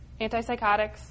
antipsychotics